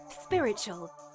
spiritual